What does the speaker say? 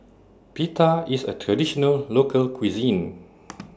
Pita IS A Traditional Local Cuisine